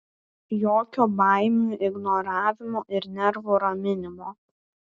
jokio baimių ignoravimo ir nervų raminimo